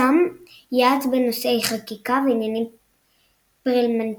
שם יעץ בנושאי חקיקה ועניינים פרלמנטריים.